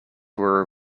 were